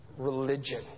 Religion